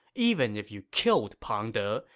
even if you killed pang de,